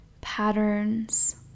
patterns